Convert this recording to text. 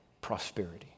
prosperity